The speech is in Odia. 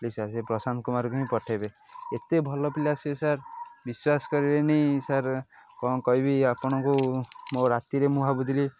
ପ୍ଲିଜ୍ ସାର୍ ସେ ପ୍ରଶାନ୍ତ କୁମାର୍କୁ ହିଁ ପଠେଇବେ ଏତେ ଭଲ ପିଲା ସିଏ ସାର୍ ବିଶ୍ୱାସ କରିବେନି ସାର୍ କ'ଣ କହିବି ଆପଣଙ୍କୁ ମୋ ରାତିରେ ମୁଁ ଭାବୁଥିଲି